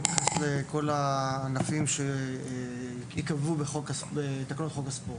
מתייחס לכל הענפים שייקבעו בתקנות חוק הספורט.